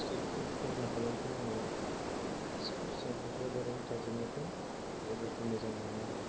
ticket confirm खालामफैनांगौ गासैबो बस्थुआनो क'क्राजारआवनो थाजोबनायखाय क'क्राजारखौ मोजां मोनो आरो